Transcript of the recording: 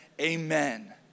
Amen